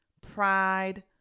pride